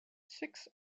six